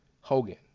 Hogan